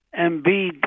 Embiid